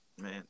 man